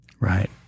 Right